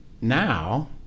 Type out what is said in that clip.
Now